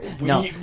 No